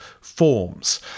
forms